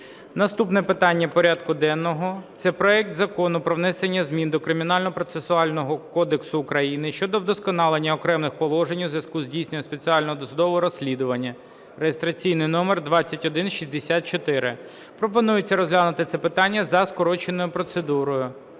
Наступне питання порядку денного – це проект Закону про внесення змін до Кримінального процесуального кодексу України щодо вдосконалення окремих положень у зв'язку із здійсненням спеціального досудового розслідування (реєстраційний номер 2164). Пропонується розглянути це питання за скороченою процедурою.